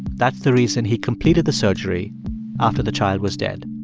that's the reason he completed the surgery after the child was dead